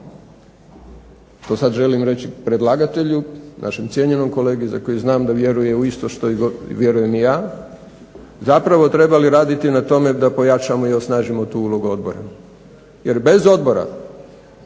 što sad želim reći predlagatelju, našem cijenjenom kolegi za kojeg znam da vjeruje u isto što vjerujem i ja, zapravo trebali raditi na tome da pojačamo i osnažimo tu ulogu odbora. Jer bez odbora